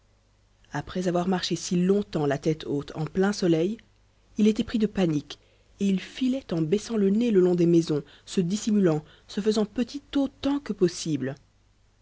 après avoir marché si longtemps la tête haute en plein soleil il était pris de panique et il filait en baissant le nez le long des maisons se dissimulant se faisant petit autant que possible